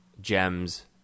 gems